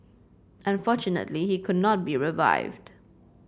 unfortunately he could not be revived